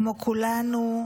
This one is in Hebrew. כמו כולנו,